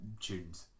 tunes